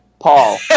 Paul